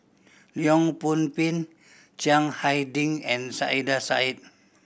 Leong Pin Chiang Hai Ding and Saiedah Said